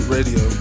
Radio